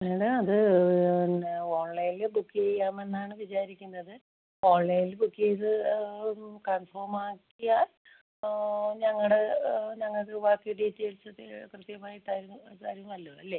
madam അത് എന്നാ ഓൺലൈനില് ബുക്ക് ചെയ്യാമെന്നാണ് വിചാരിക്കുന്നത് ഓൺലൈനില് ബുക്ക് ചെയ്ത് ഒരു കൺഫേർമ്മ് ആക്കിയാൽ ഞങ്ങളുടെ ഞങ്ങളുടെ ബാക്കി ഡീറ്റെയിൽസൊക്കെ പ്രത്യേകമായി തരു തരുമല്ലൊ അല്ലെ